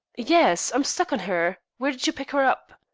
yes, i'm stuck on her! where did you pick her up?